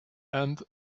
and